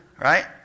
Right